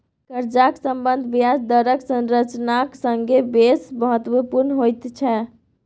कर्जाक सम्बन्ध ब्याज दरक संरचनाक संगे बेस महत्वपुर्ण होइत छै